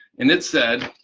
and it said,